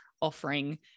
offering